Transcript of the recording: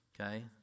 okay